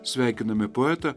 sveikiname poetą